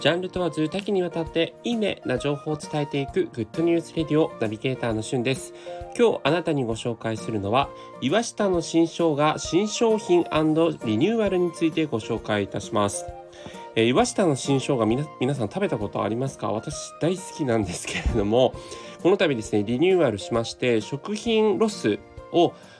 ジャンル問わず多岐にわたっていいねな情報を伝えていくグッドニュースレディオナビゲーターのしゅんです。今日あなたにご紹介するのは、岩下の新生姜、新商品&リニューアルについてご紹介いたします。えー、岩下の新生姜、みな- 皆さん食べたことありますか？私大好きなんですけれども、この度ですね、リニューアルしまして、食品ロスを